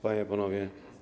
Panie i Panowie!